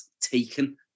Taken